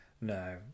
No